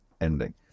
ending